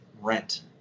rent